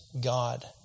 God